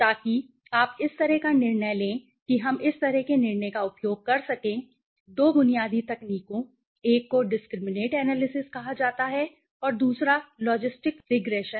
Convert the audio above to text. ताकि आप इस तरह का निर्णय लें कि हम इस तरह के निर्णय का उपयोग कर सकें दो बुनियादी तकनीकों एक को डिस्क्रिमिनैंट एनालिसिस कहा जाता है और दूसरी लॉजिस्टिक रिग्रेशन